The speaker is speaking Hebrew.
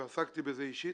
וגם עסקתי בזה אישית